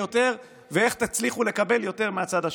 את יותר ואיך תצליחו לקבל יותר מהצד השני.